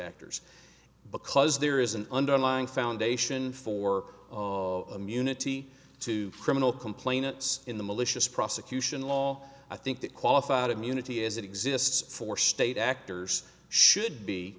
actors because there is an underlying foundation for of immunity to criminal complainants in the malicious prosecution law i think that qualified immunity as it exists for state actors should